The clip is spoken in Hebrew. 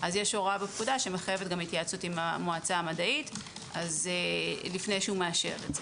יש הוראה בפקודה שמחייבת התייעצות עם המועצה המדעית לפני שמאשר את זה.